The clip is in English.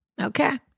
Okay